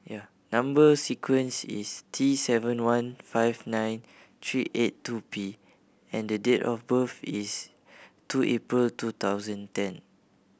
number sequence is T seven one five nine three eight two P and the date of birth is two April two thousand ten